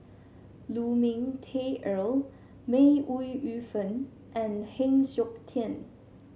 Lu Ming Teh Earl May Ooi Yu Fen and Heng Siok Tian